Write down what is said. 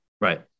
Right